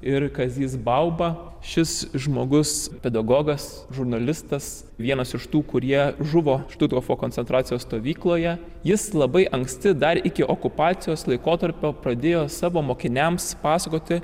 ir kazys bauba šis žmogus pedagogas žurnalistas vienas iš tų kurie žuvo štuthofo koncentracijos stovykloje jis labai anksti dar iki okupacijos laikotarpio pradėjo savo mokiniams pasakoti